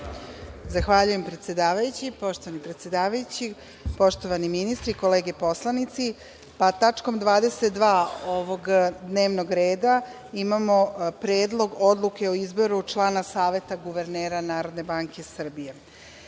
Zahvaljujem predsedavajući, poštovani predsedavajući, poštovani ministri, kolege poslanici. Tačkom 22. ovog dnevnog reda imamo predlog odluke o izboru člana Saveta guvernera NBS.